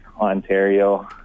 Ontario